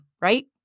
right